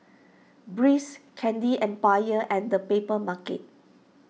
Breeze Candy Empire and the Papermarket